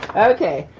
okay,